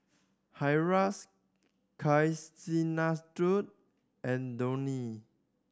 Haresh Kasinadhuni and Dhoni